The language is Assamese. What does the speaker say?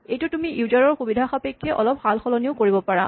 এইটোৰ তুমি ইউজাৰ ৰ সুবিধা সাপেক্ষে অলপ সালসলনিও কৰিব পাৰা